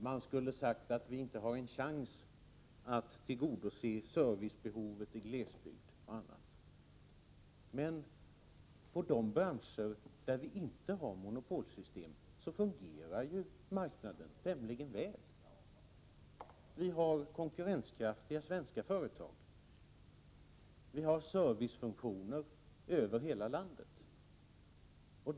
Man skulle ha sagt att vi inte har en chans att tillgodose servicebehovet i glesbygden, osv. I de branscher där vi inte har monopolsystem fungerar marknaden tämligen väl. Vi har konkurrenskraftiga svenska företag. Vi har servicefunktioner över hela landet.